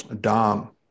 Dom